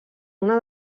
una